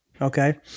Okay